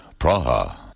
Praha